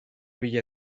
bila